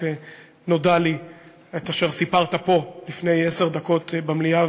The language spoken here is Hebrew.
נודע לי מה שסיפרת פה לפני עשר דקות במליאה,